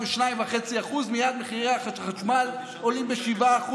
ב-2.5% מייד מחירי החשמל עולים ב-7%.